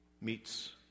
meets